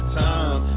time